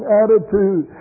attitude